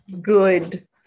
good